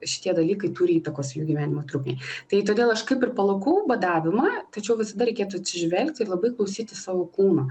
šitie dalykai turi įtakos jų gyvenimo trukmei tai todėl aš kaip ir palakau badavimą tačiau visada reikėtų atsižvelgti ir labai klausytis savo kūno